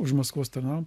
už maskvos tarnavom